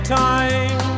time